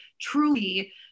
truly